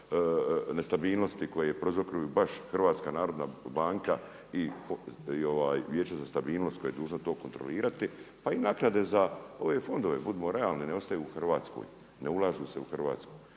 nestabilnosti koje prouzrokuju baš HNB i Vijeće za stabilnost koje je dužno to kontrolirati pa i naknade za ove fondove, budimo realni, ne ostaju u Hrvatskoj, ne ulažu se u Hrvatsku.